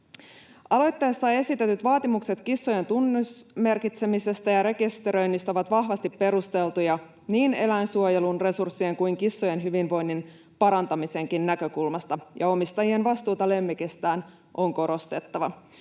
Aloitteessa esitetyt vaatimukset kissojen tunnusmerkitsemisestä ja rekisteröinnistä ovat vahvasti perusteltuja niin eläinsuojelun, resurssien kuin kissojen hyvinvoinnin parantamisenkin näkökulmasta, ja omistajien vastuuta lemmikeistään on korostettava.